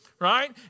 right